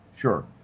Sure